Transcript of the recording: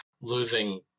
losing